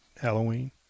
Halloween